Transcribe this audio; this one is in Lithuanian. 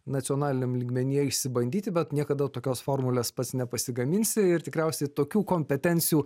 nacionaliniam lygmenyje išsibandyti bet niekada tokios formulės pats nepasigaminsi ir tikriausiai tokių kompetencijų